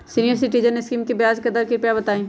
senior citizen scheme के ब्याज दर कृपया बताईं